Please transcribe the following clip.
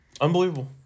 Unbelievable